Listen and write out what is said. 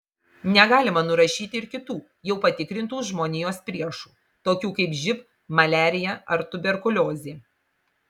negalima nurašyti ir kitų jau patikrintų žmonijos priešų tokių kaip živ maliarija ar tuberkuliozė